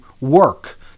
work